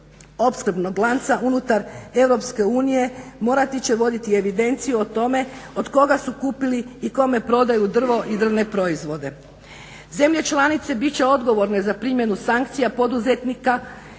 opskrbnog lanca unutar EU morati će voditi evidenciju o tome od koga su kupili i kome prodaju drvo i drvne proizvode. Zemlje članice bit će odgovorne za primjenu sankcija poduzetnika,